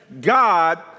God